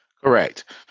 Correct